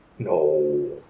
No